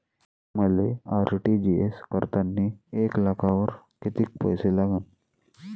मले आर.टी.जी.एस करतांनी एक लाखावर कितीक पैसे लागन?